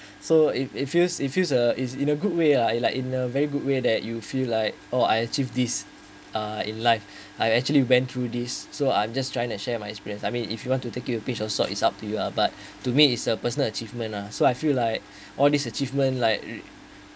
so if it feels it feels uh is in a good way uh it like in a very good way that you feel like oh I achieve this uh in life I actually went through this so I'm just trying to share my experience I mean if you want to take you a pinch of salt is up to you lah but to me is a personal achievement lah so I feel like all these achievements like